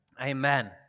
Amen